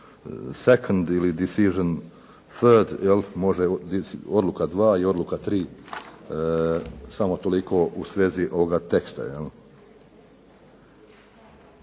second ili decision, third, je li može odluka 2 i odluka 3, samo toliko u svezi ovoga teksta,